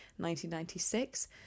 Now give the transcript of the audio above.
1996